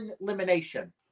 elimination